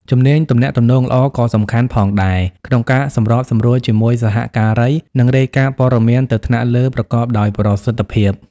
ជំនាញទំនាក់ទំនងល្អក៏សំខាន់ផងដែរក្នុងការសម្របសម្រួលជាមួយសហការី និងរាយការណ៍ព័ត៌មានទៅថ្នាក់លើប្រកបដោយប្រសិទ្ធភាព។